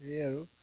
সেয়াই আৰু